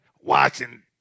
watching